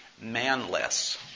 manless